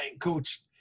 coach